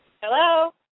Hello